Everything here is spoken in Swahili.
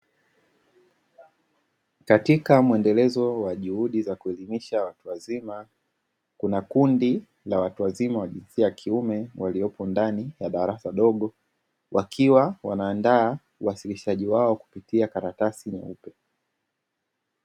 Katika mwendelezo wa juhudi za kuelimisha watu wazima, kuna kundi la watu wazima wa jinsia ya kiume waliopo ndani ya darasa dogo, wakiwa wanaandaa uwasilishaji wao kupitia karatasi nyeupe.